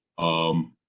um,